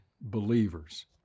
Believers